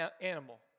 animal